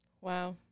Wow